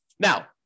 Now